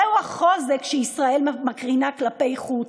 זהו החוזק שישראל מקרינה כלפי חוץ,